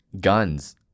Guns